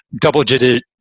double-digit